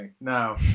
Now